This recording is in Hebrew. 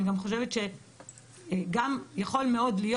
אני גם חושבת שגם יכול מאוד להיות